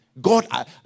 God